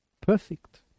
Perfect